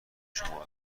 شما